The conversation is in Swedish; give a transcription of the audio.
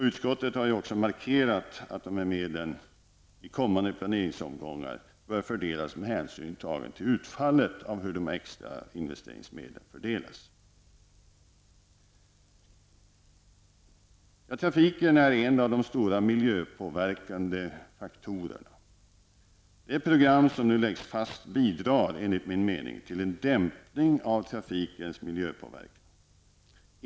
Utskottet har ju också markerat att dessa medel i kommande planeringsomgångar bör fördelas med hänsyn tagen till utfallet av hur de extra investeringsmedlen fördelas. Trafiken är en av de stora miljöpåverkande faktorerna. Det program som nu läggs fast bidrar enligt min mening till en dämpning av trafikens miljöpåverkan.